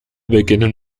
beginnen